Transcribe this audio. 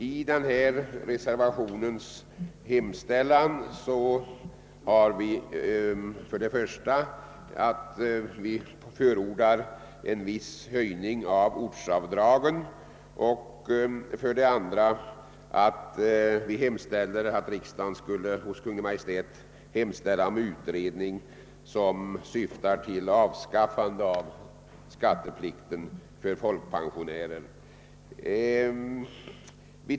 I klämmen till reservationen 2 föreslår vi för det första en viss höjning av ortsavdragen och för det andra att riksdagen i skrivelse till Kungl. Maj:t begär en skyndsam utredning syftande till avskaffande av skatteplikten för folkpensionärer.